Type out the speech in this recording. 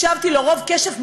והקשבתי לו רוב קשב,